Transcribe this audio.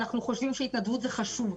אנחנו חושבים שהתנדבות זה חשוב,